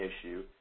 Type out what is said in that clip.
issue